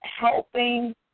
helping